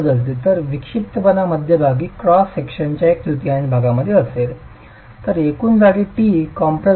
जर विक्षिप्तपणा मध्यभागी क्रॉस सेक्शनच्या एक तृतीयांश भागामध्ये असेल तर एकूण जाडी t कॉम्प्रेस झोन आहे